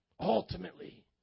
Ultimately